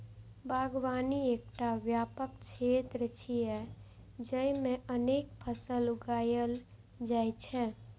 बागवानी एकटा व्यापक क्षेत्र छियै, जेइमे अनेक फसल उगायल जाइ छै